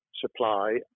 supply